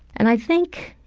and i think,